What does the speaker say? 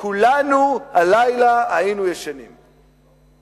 כולנו היינו ישנים הלילה,